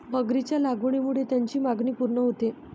मगरीच्या लागवडीमुळे त्याची मागणी पूर्ण होते